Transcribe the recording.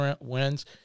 wins